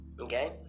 Okay